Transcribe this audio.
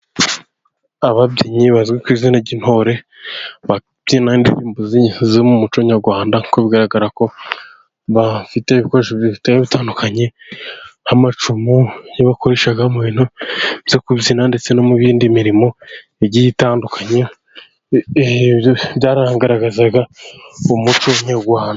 Ababyinnyi bazwi ku izina ry'intore, babyina indirimbo zo mu muco nyarwanda, kuko bigaragara ko bahafite ibikoresho bitandukanye, nk'amacu yogukoresha mu bintu byo kubyina ndetse no mu yindi mirimo igiye itandukanye, byagaragazaga umuco nyarwanda.